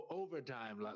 overtime